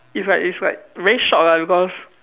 it's like it's like very short lah because